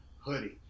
hoodie